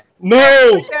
no